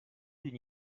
d’une